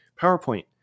PowerPoint